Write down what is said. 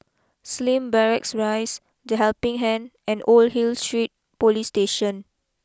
Slim Barracks Rise the Helping Hand and Old Hill Street police Station